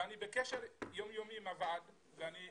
ואני בקשר יום יומי עם הוועד --- לא,